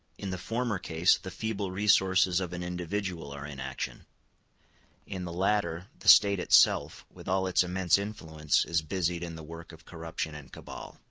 in the former case the feeble resources of an individual are in action in the latter, the state itself, with all its immense influence, is busied in the work of corruption and cabal.